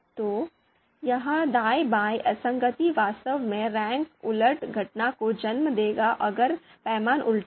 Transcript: तो यह दाएं बाएं असंगति वास्तव में रैंक उलट घटना को जन्म देगा अगर पैमाने उलटा है